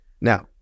Now